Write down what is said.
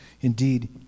Indeed